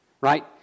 Right